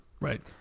Right